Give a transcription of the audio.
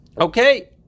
Okay